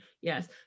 Yes